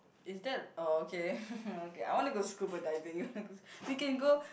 is that oh okay okay I want to go scuba diving we can go